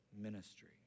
ministry